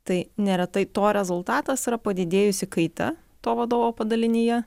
tai neretai to rezultatas yra padidėjusi kaita to vadovo padalinyje